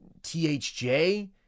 THJ